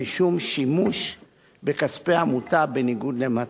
משום שימוש בכספי עמותה בניגוד למטרותיה.